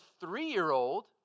three-year-old